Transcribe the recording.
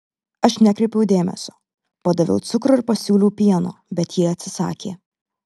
aš nekreipiau dėmesio padaviau cukrų ir pasiūliau pieno bet ji atsisakė